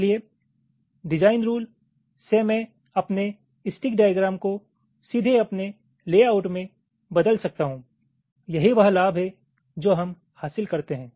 इसलिए design rule से मैं अपने स्टिक डाईग्राम को सीधे अपने लेआउट में बदल सकता हूं यही वह लाभ है जो हम हासिल करते हैं